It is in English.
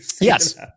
Yes